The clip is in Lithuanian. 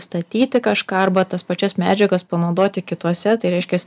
statyti kažką arba tas pačias medžiagas panaudoti kituose tai reiškias